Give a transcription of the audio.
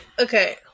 Okay